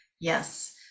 Yes